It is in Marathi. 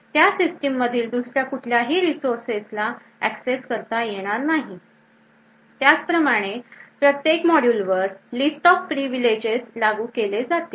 त्याला सिस्टीम मधील दुसऱ्या कुठल्याही resources ला access करता येणार नाही त्याच प्रमाणे प्रत्येक मॉड्यूलवर least of privileges लागू केले जातील